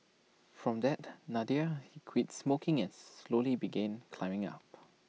from that Nadir he quit drinking and slowly began climbing up